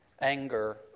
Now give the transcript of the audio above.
anger